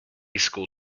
school